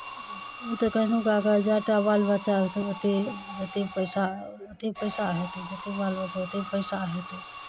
ओ तऽ कहुनो कए कऽ जाए टा बाल बच्चा ओतेक जतेक पैसा ओतेक पैसा हेतै जतेक बाल बच्चा ओतेक पैसा हेतै